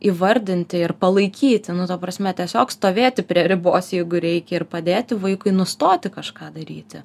įvardinti ir palaikyti nu ta prasme tiesiog stovėti prie ribos jeigu reik ir padėti vaikui nustoti kažką daryti